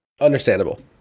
understandable